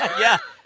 yeah,